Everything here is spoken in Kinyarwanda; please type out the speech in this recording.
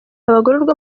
abagororwa